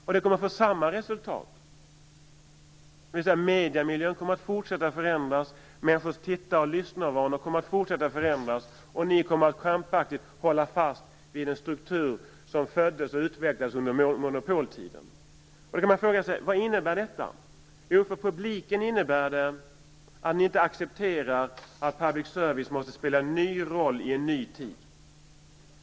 Det kommer att få samma resultat, dvs. mediemiljön kommer att fortsätta att förändras, människors tittar och lyssnarvanor kommer att fortsätta att förändras och ni kommer att krampaktigt hålla fast vid en struktur som föddes och utvecklades under monopoltiden. Vad innebär då detta? Jo, för publiken innebär det att ni inte accepterar att public service måste spela en ny roll i en ny tid.